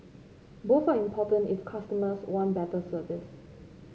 both are important if customers want better service